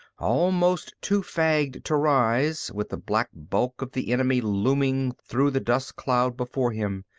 almost too fagged to rise, with the black bulk of the enemy looming through the dust cloud before him,